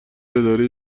اداره